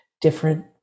different